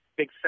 big